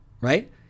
right